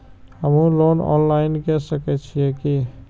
हमू loan online के सके छीये की?